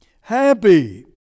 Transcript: Happy